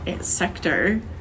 sector